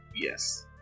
yes